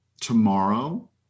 tomorrow